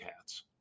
cats